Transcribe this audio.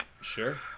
Sure